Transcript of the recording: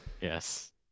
Yes